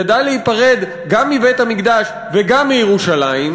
ידע להיפרד גם מבית-המקדש וגם מירושלים,